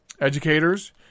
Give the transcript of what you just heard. educators